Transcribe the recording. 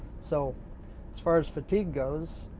so as far as fatigue goes